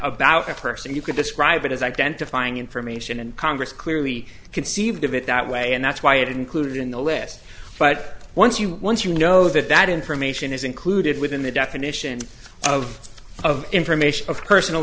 about a person you could describe it as identifying information and congress clearly conceived of it that way and that's why it included in the list but once you once you know that that information is included within the definition of of information of personal